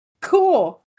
cool